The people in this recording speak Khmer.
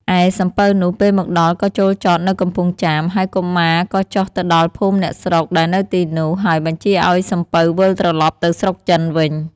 ឯសំពៅនោះ ពេលមកដល់ក៏ចូលចតនៅកំពង់ចាម ហើយកុមារក៏ចុះទៅដល់ភូមិអ្នកស្រុកដែលនៅទីនោះ ហើយបញ្ជាឱ្យសំពៅវិលត្រឡប់ទៅស្រុកចិនវិញ។